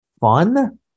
fun